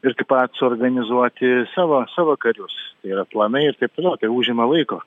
ir taip pat suorganizuoti savo savo karius tai yra planai ir taip toliau tai užima laiko